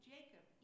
Jacob